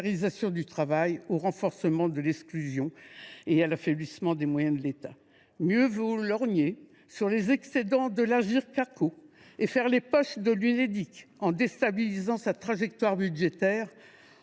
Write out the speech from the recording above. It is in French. du travail, au renforcement de l’exclusion sociale et à l’affaiblissement des moyens de l’État ! Mieux vaut lorgner les excédents de l’Agirc Arrco, faire les poches de l’Unédic en déstabilisant sa trajectoire budgétaire